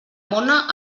mona